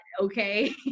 okay